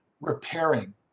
repairing